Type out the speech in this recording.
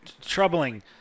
troubling